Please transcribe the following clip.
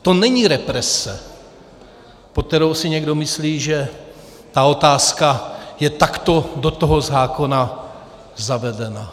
To není represe, pod kterou si někdo myslí, že ta otázka je takto do toho zákona zavedena.